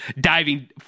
diving